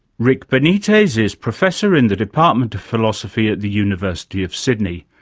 rick benitez is professor in the department of philosophy at the university of sydney.